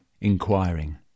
inquiring